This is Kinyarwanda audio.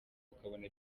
ukabona